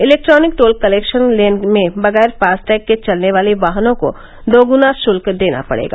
electronic toll collection lane में बगैर FASTag के चलने वाले वाहनों को दोगुना शुल्क देना पड़ेगा